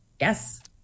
Yes